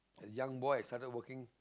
a young boy started working